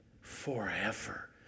forever